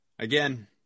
Again